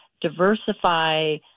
diversify